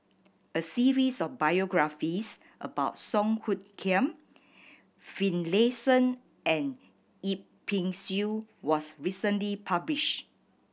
a series of biographies about Song Hoot Kiam Finlayson and Yip Pin Xiu was recently published